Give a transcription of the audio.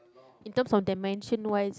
in terms of dimension wise